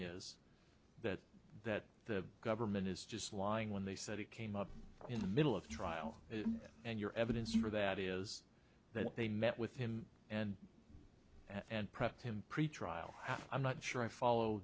is that that the government is just lying when they said it came up in the middle of the trial and your evidence for that is that they met with him and and prepped him pretrial i'm not sure i follow